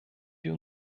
wir